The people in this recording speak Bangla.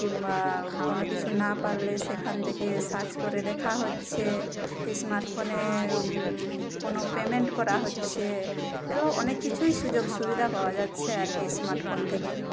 কিংবা কোনো কিছু না পারলে সেখান থেকে সার্চ করে দেখা হচ্ছে স্মাট ফোনে কোনো পেমেন্ট করা হচ্ছে এরকম অনেক কিছুই সুযোগ সুবিধা পাওয়া যাচ্ছে আর কি স্মার্টফোন থেকে